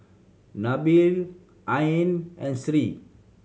Nabil Ain and Sri